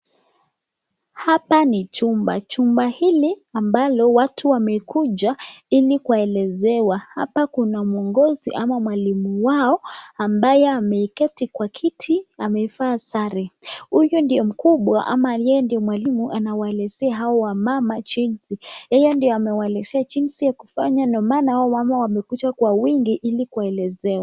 Hapa ni chumba, chumba hili ambalo watu wamekuja ili kuelezewa ,hapa kuna mwongozi ama mwalimu wao ambaye ameketi kwa kiti amevaa sare, huyu ndiye mkubwa ama yeye ndiye mwalimu anawaelezea hao wamama jinsi yeye ndiye anawaelezea jinsi ya kufanya ndio maana hawa wamama wamekuja kwa wingi ili kuelezewa.